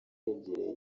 yegereye